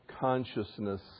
consciousness